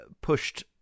pushed